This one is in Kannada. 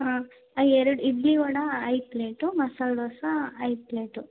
ಹಾಂ ಎರಡು ಇಡ್ಲಿ ವಡೆ ಐದು ಪ್ಲೇಟು ಮಸಾಲೆ ದೋಸೆ ಐದು ಪ್ಲೇಟು